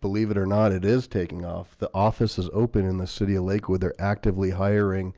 believe it or not. it is taking off. the office is open in the city of lakewood they're actively hiring.